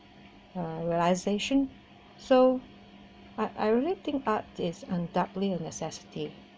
uh uh realisation so I I really think art is undoubtedly a necessity